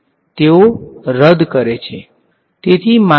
વિદ્યાર્થી રદ થશે